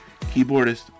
keyboardist